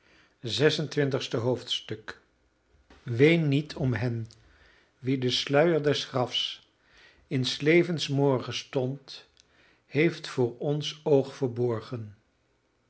twintigste hoofdstuk dood ween niet om hen wie de sluier des grafs in s levens morgenstond heeft voor ons oog verborgen